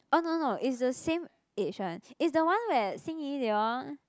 oh no no it's the same age one it's the one where Xin-Yi they all